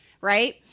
right